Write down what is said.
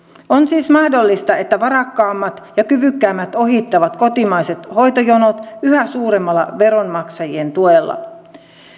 on siis mahdollista että varakkaammat ja kyvykkäämmät ohittavat kotimaiset hoitojonot yhä suuremmalla veronmaksajien tuella